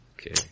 Okay